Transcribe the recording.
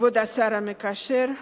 כבוד השר המקשר,